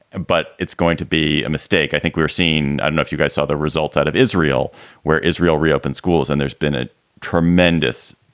but it's going to be a mistake. i think we're seeing and enough. you guys saw the results out of israel where israel reopened schools and there's been a tremendous